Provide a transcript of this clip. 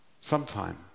Sometime